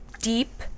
deep